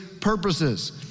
purposes